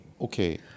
Okay